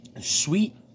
Sweet